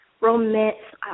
romance